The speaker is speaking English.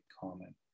common